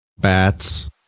Bats